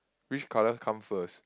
which colour come first